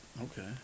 okay